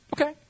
Okay